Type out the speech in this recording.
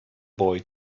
boy